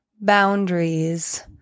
Boundaries